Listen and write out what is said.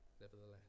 nevertheless